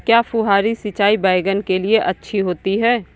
क्या फुहारी सिंचाई बैगन के लिए अच्छी होती है?